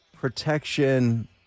protection